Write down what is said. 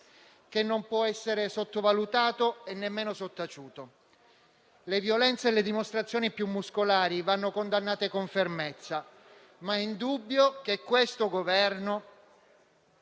che non può essere sottovalutato e nemmeno sottaciuto. Le violenze e le dimostrazioni più muscolari vanno condannate con fermezza, ma è indubbio che questo Governo